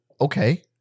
Okay